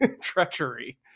treachery